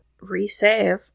resave